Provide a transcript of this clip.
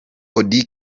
auddy